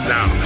Now